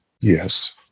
Yes